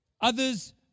Others